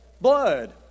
Blood